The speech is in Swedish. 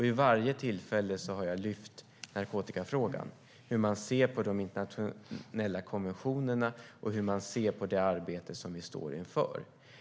Vid varje tillfälle har jag lyft upp narkotikafrågan - hur man ser på de internationella konventionerna och hur man ser på det arbete som vi står inför.